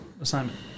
assignment